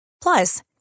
Plus